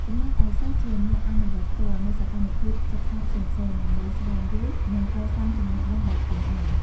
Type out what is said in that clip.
ចំណែកឯ សិស្សជាអ្នកអនុវត្តផ្ទាល់ នូវសកម្មភាពសិក្សាផ្សេងៗ ដើម្បីស្វែងយល់ និងកសាងចំណេះដឹងដោយខ្លួនឯង។